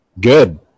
Good